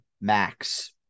Max